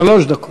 שלוש דקות.